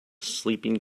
sleeping